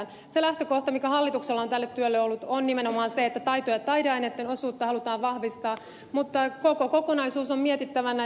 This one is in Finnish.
se lähtökohta mikä hallituksella on tälle työlle ollut on nimenomaan se että taito ja taideaineitten osuutta halutaan vahvistaa mutta koko kokonaisuus on mietittävänä